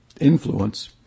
influence